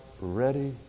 ready